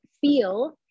feel